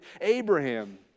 Abraham